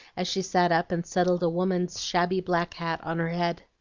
as she sat up and settled a woman's shabby black hat on her head.